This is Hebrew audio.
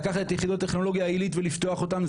לקחת את יחידות הטכנולוגיה העלית ולפתוח אותן.